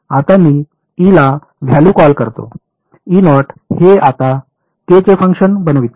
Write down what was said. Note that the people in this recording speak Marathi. आता मी E ला व्हॅल्यू कॉल करतो हे आता के चे फंक्शन बनविते